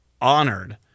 honored